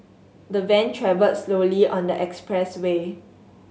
the van travelled slowly on the expressway